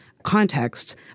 Context